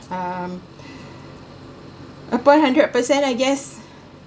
um upon hundred percent I guess